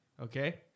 Okay